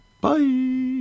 Bye